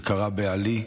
שקרה בעלי.